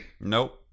Nope